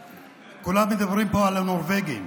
כולם מדברים פה על הנורבגים,